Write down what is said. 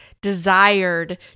desired